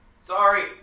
Sorry